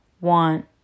want